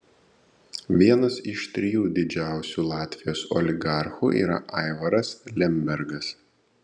vienas iš trijų didžiausių latvijos oligarchų yra aivaras lembergas